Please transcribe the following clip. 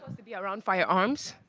to be around firearms.